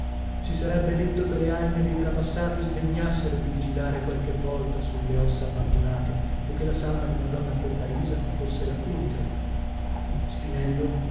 si sarebbe dello che le anime dei trapassati sdegnassero di vigilare qualche volta sulle ossa abbandonate o che la salma di madonna fiordalisa non fosse là dentro spinello